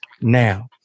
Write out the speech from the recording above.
now